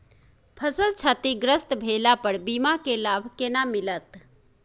फसल क्षतिग्रस्त भेला पर बीमा के लाभ केना मिलत?